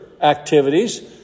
activities